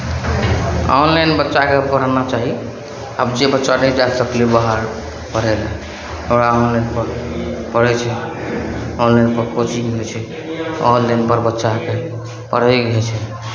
online बच्चाकेँ पढ़ाना चाही आब जे बच्चा नहि जा सकलै बाहर पढ़य लेल ओकरा ऑनोलाइन पढ़ पढ़ै छी हम ऑनलाइनपर कोचिङ्ग मिलै छै ऑनलाइनपर बच्चा कहीँ पढ़ै नहि छै